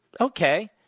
Okay